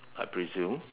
I presume